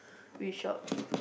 which shop